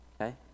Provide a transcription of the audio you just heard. Okay